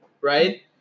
right